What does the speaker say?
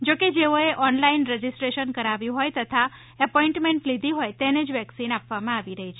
જો કે જેઓએ ઓનલાઈન રજીસ્ટ્રેશન કરાવ્યું હોય તથા એપોઈન્ટમેન્ટ લીધી હોય તેને જ વેક્સિન આપવામાં આવી રહી છે